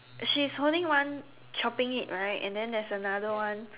she is holding one chopping it right and then there is another one